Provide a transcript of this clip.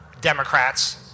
Democrats